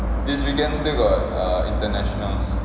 this weekend still got err internationals